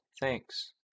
thanks